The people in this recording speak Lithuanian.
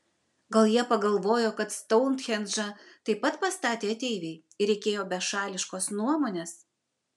gal jie pagalvojo kad stounhendžą taip pat pastatė ateiviai ir reikėjo bešališkos nuomonės